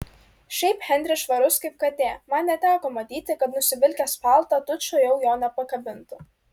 šiaip henris švarus kaip katė man neteko matyti kad nusivilkęs paltą tučtuojau jo nepakabintų